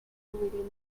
you